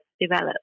develop